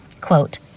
Quote